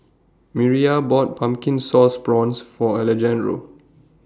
Miriah bought Pumpkin Sauce Prawns For Alejandro